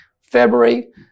February